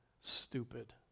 Stupid